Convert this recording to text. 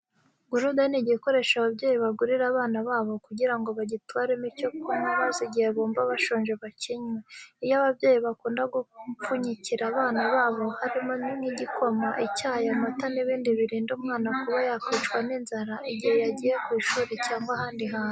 Gurude ni igikoresho ababyeyi bagurira abana babo kugira ngo bagitwaremo icyo kunywa maze igihe bumva bashonje bakinywe. Ibyo ababyeyi bakunda gupfunyikira abana babo harimo nk'igikoma, icyayi, amata n'ibindi birinda umwana kuba yakwicwa n'inzara igihe yagiye ku ishuri cyangwa ahandi hantu.